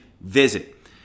visit